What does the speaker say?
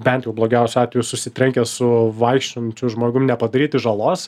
bent jau blogiausiu atveju susitrenkęs su vaikščiojančiu žmogum nepadaryti žalos